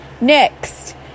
Next